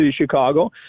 Chicago